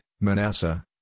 Manasseh